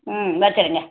ம் வெச்சுருங்க